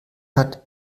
hat